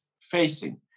facing